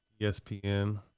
ESPN